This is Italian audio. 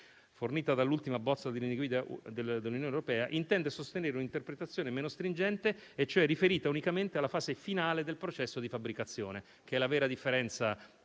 fornita dall'ultima bozza di linee guida dell'Unione europea, intende sostenere un'interpretazione meno stringente e cioè riferita unicamente alla fase finale del processo di fabbricazione, che è la vera differenza